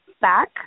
back